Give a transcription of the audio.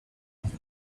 these